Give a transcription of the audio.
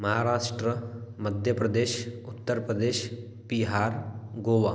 Maharashtra Madhya Pradesh Uttar Pradesh Bihar Goa